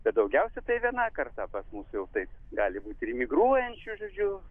bet daugiausia tai viena karta pas mus jau tai gali būti ir migruojančių žodžiu